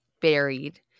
buried